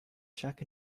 check